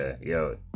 Yo